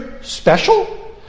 special